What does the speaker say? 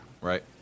right